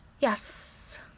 Yes